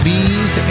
Bees